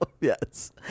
Yes